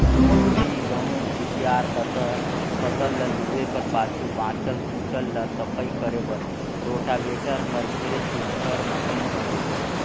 जोंधरी, गहूँ, कुसियार असन फसल ल लूए कर पाछू बाँचल खुचल ल सफई करे बर रोटावेटर हर ढेरे सुग्घर मसीन हवे